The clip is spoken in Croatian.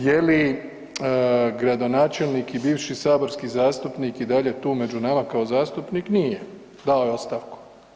Je li gradonačelnik i bivši saborski zastupnik i dalje tu među nama kao zastupnik, nije, dao je ostavku.